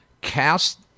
cast